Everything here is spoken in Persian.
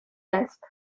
است